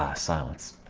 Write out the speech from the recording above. ah silence